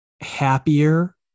happier